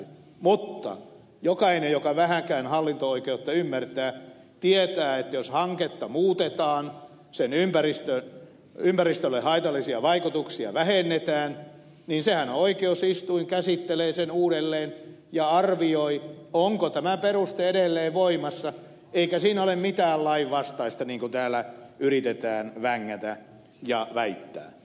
mutta jokainen joka vähänkään hallinto oikeutta ymmärtää tietää että jos hanketta muutetaan sen ympäristölle haitallisia vaikutuksia vähennetään niin senhän oikeusistuin käsittelee uudelleen ja arvioi onko tämä peruste edelleen voimassa eikä siinä ole mitään lainvastaista niin kuin täällä yritetään vängätä ja väittää